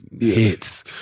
hits